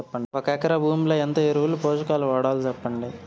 ఒక ఎకరా భూమిలో ఎంత ఎరువులు, పోషకాలు వాడాలి సెప్పండి?